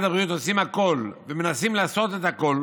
הבריאות עושים הכול ומנסים לעשות את הכול